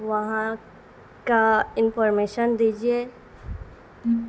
وہاں کا انفارمیشن دیجیے